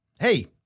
Hey